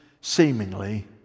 seemingly